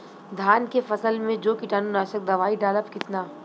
धान के फसल मे जो कीटानु नाशक दवाई डालब कितना?